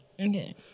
Okay